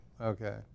okay